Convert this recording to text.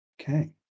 Okay